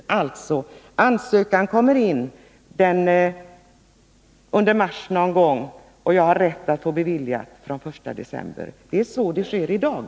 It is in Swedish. Kommer således ansökan in någon gång under mars, skulle jag ha rätt att få delpension från den 1 december. Det är ju detta som gäller i dag.